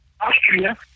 Austria